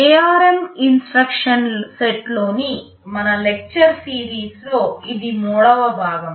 ARM instruction set లోని మన lecture సిరీస్లో ఇది మూడవ భాగం